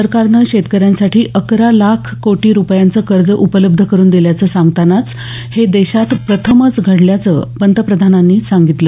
सरकारनं शेतकऱ्यांसाठी अकरा लाख कोटी रुपयांचं कर्ज उपलब्ध करून दिल्याचं सांगतानाच हे देशात प्रथमच घडल्याचं पंतप्रधानांनी सांगितलं